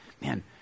Man